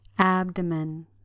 Abdomen